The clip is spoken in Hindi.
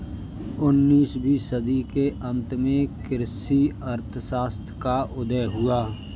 उन्नीस वीं सदी के अंत में कृषि अर्थशास्त्र का उदय हुआ